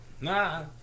Nah